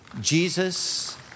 Jesus